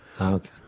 okay